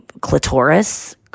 clitoris